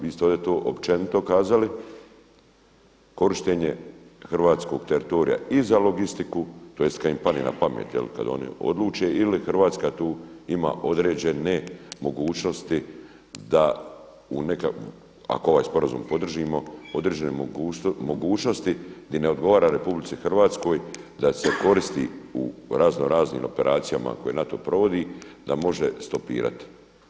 Vi ste ovdje to općenito kazali, korištenje hrvatskog teritorija i za logistiku tj. kada im padne na pamet, kada oni odluče ili Hrvatska tu ima određene mogućnosti da ako ovaj sporazum podržimo određene mogućnosti gdje ne odgovara RH da se koristi u razno raznim operacijama koje NATO provodi da može stopirati.